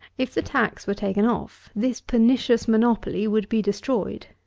if the tax were taken off, this pernicious monopoly would be destroyed.